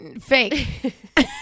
Fake